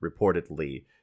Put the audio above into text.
reportedly